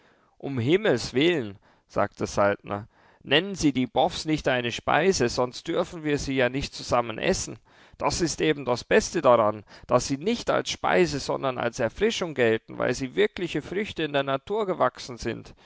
um himmels willen sagte saltner nennen sie die boffs nicht eine speise sonst dürfen wir sie ja nicht zusammen essen das ist eben das beste daran daß sie nicht als speise sondern als erfrischung gelten weil sie wirkliche früchte in der natur gewachsen sind